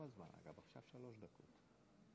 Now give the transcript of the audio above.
יספיקו לך חמש דקות?